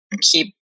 keep